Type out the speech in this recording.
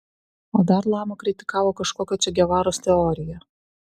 o dar lama kritikavo kažkokio če gevaros teoriją